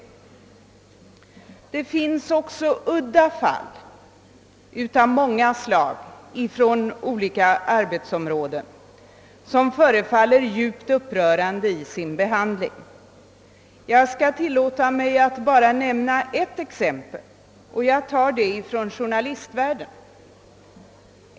Det finns också udda fall av många slag från många olika arbetsområden, vilkas behandling förefaller djupt upprörande. Jag skall tillåta mig att nämna bara ett exempel, som jag tar från journalistvärlden.